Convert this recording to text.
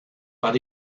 but